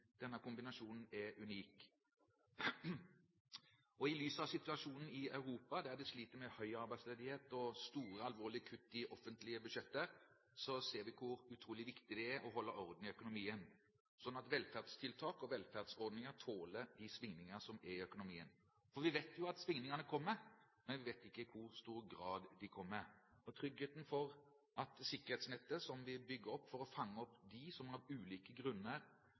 Denne kombinasjonen er unik. I lys av situasjonen ellers i Europa, der man sliter med høy arbeidsledighet og store, alvorlige kutt i offentlige budsjetter, ser vi hvor utrolig viktig det er å holde orden i økonomien, slik at velferdstiltak og velferdsordninger tåler de svingninger som er i økonomien. Vi vet at svingningene kommer, men vi vet ikke i hvor stor grad de kommer. Tryggheten for at sikkerhetsnettet – som er bygd opp for å fange opp noen av ulike grunner,